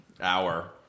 hour